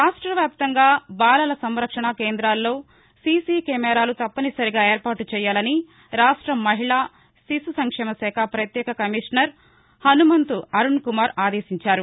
రాష్ట్రవ్యాప్తంగా బాలల సంరక్షణ కేందాల్లో సీసీ కెమెరాలు తప్పనిసరిగా ఏర్పాటు చేయాలని రాష్ట మహిళ శిశు సంక్షేమ శాఖ పత్యేక కమిషనర్ హనుమంతు అరుణ్కుమార్ ఆదేశించారు